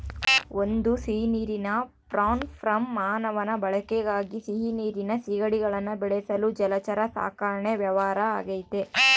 ಒಂದು ಸಿಹಿನೀರಿನ prawn farm ಮಾನವನ ಬಳಕೆಗಾಗಿ ಸಿಹಿನೀರಿನ ಸೀಗಡಿಗುಳ್ನ ಬೆಳೆಸಲು ಜಲಚರ ಸಾಕಣೆ ವ್ಯವಹಾರ ಆಗೆತೆ